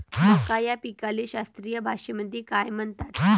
मका या पिकाले शास्त्रीय भाषेमंदी काय म्हणतात?